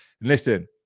Listen